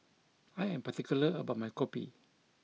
I am particular about my Kopi